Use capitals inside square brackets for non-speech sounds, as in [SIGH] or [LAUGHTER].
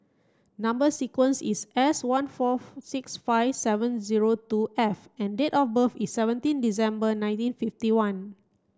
number sequence is S one four [UNINTELLIGIBLE] six five seven zero two F and date of birth is seventeen December nineteen fifty one